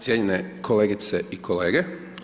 Cijenjene kolegice i kolege.